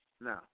No